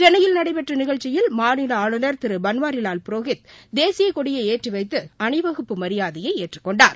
சென்னையில் நடடபெற்ற நிகழ்ச்சியில் மாநில ஆளுநர் திரு பன்வாரிலால் புரோஹித் தேசியக்கொடியை ஏற்றிவைத்து அணிவகுப்பு மரியாதையை ஏற்றுக்கொண்டார்